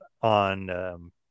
on